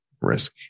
risk